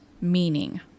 meaning